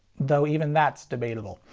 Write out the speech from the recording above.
though even that's debatable.